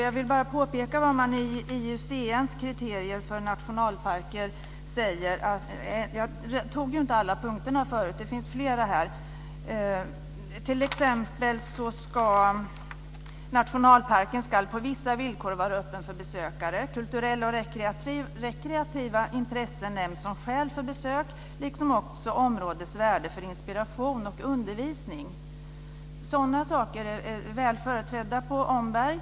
Jag vill peka på IUCN:s kriterier för nationalparker - jag tog ju inte med alla punkter förut; det finns nämligen fler. T.ex. ska nationalparken på vissa villkor vara öppen för besökare. Kulturella och rekreativa intressen nämns som skäl för besök liksom områdets värde för inspiration och undervisning. Sådana saker är väl företrädda på Omberg.